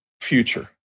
future